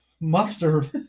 Mustard